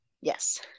Yes